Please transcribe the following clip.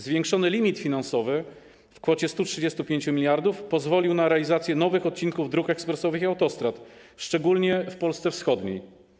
Zwiększony limit finansowy w kwocie 135 mld pozwolił na realizację nowych odcinków dróg ekspresowych i autostrad, szczególnie w Polsce wschodniej.